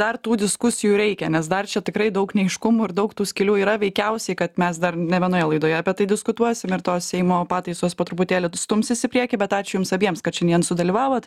dar tų diskusijų reikia nes dar čia tikrai daug neaiškumų ir daug tų skylių yra veikiausiai kad mes dar ne vienoje laidoje apie tai diskutuosim ir tos seimo pataisos po truputėlį stumsis į priekį bet ačiū jums abiems kad šiandien sudalyvavot